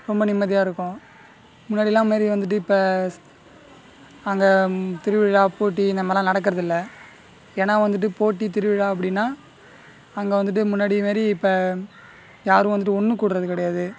ரொம்ப நிம்மதியாக இருக்கும் முன்னாடிலாம் மாரி வந்துட்டு இப்போ அங்கே திருவிழா போட்டி இந்தமாதிரிலா நடக்குறதில்ல ஏன்னால் வந்துட்டு போட்டி திருவிழா அப்படின்னா அங்கே வந்துட்டு முன்னாடி மாரி இப்போ யாரும் வந்துட்டு ஒன்று விட்றது கிடையாது